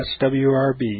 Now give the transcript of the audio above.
swrb